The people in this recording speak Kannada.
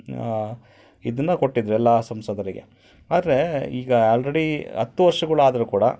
ಇದನ್ನ ಕೊಟ್ಟಿದ್ರು ಎಲ್ಲ ಸಂಸದರಿಗೆ ಆದರೆ ಈಗ ಆಲ್ರೆಡಿ ಹತ್ತು ವರ್ಷಗಳು ಆದ್ರೂ ಕೂಡ